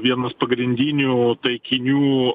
vienas pagrindinių taikinių